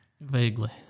Vaguely